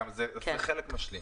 זה חלק משלים.